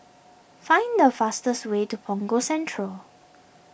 find the fastest way to Punggol Central